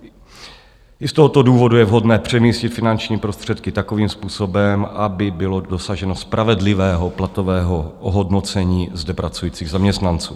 I z tohoto důvodu je vhodné přemístit finanční prostředky takovým způsobem, aby bylo dosaženo spravedlivého platového ohodnocení zde pracujících zaměstnanců.